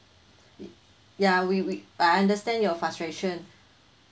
ya we we I understand your frustration